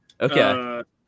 Okay